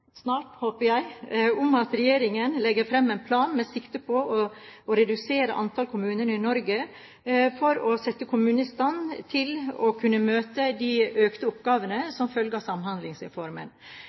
snart er omdelt i salen, håper jeg, om at regjeringen legger fram en plan med sikte på å redusere antallet kommuner i Norge for å sette kommunene i stand til å kunne møte de økte oppgavene